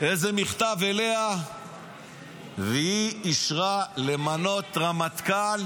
איזה מכתב אליה והיא אישרה למנות רמטכ"ל